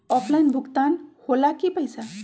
Offline भुगतान हो ला कि पईसा?